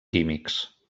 químics